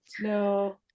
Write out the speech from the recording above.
No